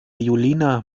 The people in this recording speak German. julina